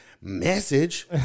message